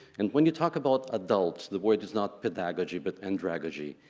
and when you talk about adults the word is not pedagogy but andragogy.